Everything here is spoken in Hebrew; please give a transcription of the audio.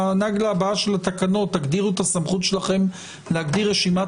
בנגלה הבאה של התקנות תגדירו את הסמכות שלכם להגדיר רשימת